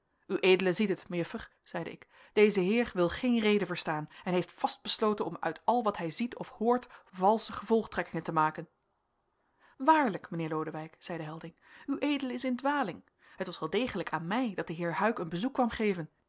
het mejuffer zeide ik deze heer wil geen rede verstaan en heeft vast besloten om uit al wat hij ziet of hoort valsche gevolgtrekkingen te maken waarlijk mijnheer lodewijk zeide helding ued is in dwaling het was wel degelijk aan mij dat de heer huyck een bezoek kwam geven